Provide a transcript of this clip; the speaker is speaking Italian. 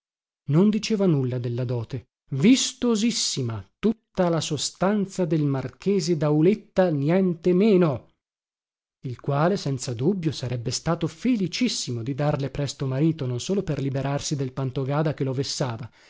non diceva nulla della dote vistosissima tutta la sostanza del marchese dauletta nientemeno il quale senza dubbio sarebbe stato felicissimo di darle presto marito non solo per liberarsi del pantogada che lo vessava